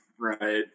right